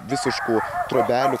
visiškų trobelių